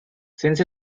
since